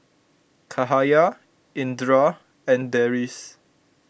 Cahaya Indra and Deris